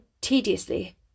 tediously